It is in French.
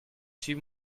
suis